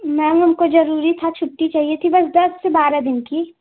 ma'am हमको जरुरी था छुट्टी चाहिए थी बस दस से बारह दिन की